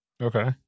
Okay